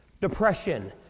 depression